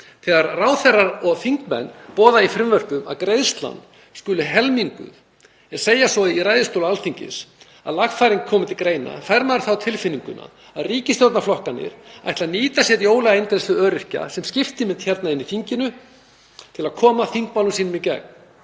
Þegar ráðherrar og þingmenn boða í frumvörpum að greiðslan skuli helminguð en segja svo í ræðustól Alþingis að lagfæring komi til greina fær maður það á tilfinninguna að ríkisstjórnarflokkarnir ætli að nýta sér jólaeingreiðslu öryrkja sem skiptimynt hér í þinginu til að koma þingmálum sínum í gegn.